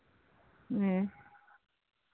ᱦᱮᱸ